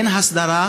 אין הסדרה.